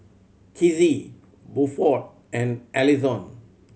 Kizzie Buford and Allyson